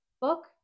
book